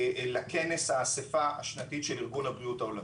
לכנס האסיפה השנתי של ארגון הבריאות העולמי.